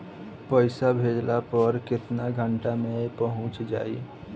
पैसा भेजला पर केतना घंटा मे पैसा चहुंप जाई?